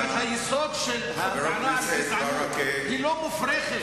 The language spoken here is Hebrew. זה היסוד של הטענה על גזענות, היא לא מופרכת.